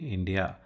India